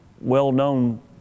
well-known